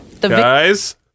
Guys